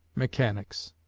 mechanics.